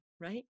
right